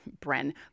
Bren